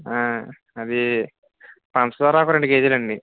అది పంచదార రెండు కేజీలు అండి